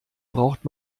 braucht